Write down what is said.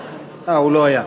אה, הוא לא היה.